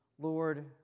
Lord